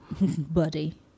Buddy